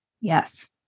yes